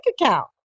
account